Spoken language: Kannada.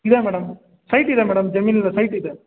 ಇದೆ ಮೇಡಮ್ ಸೈಟ್ ಇದೆ ಮೇಡಮ್ ಜಮೀನು ಇಲ್ಲ ಸೈಟ್ ಇದೆ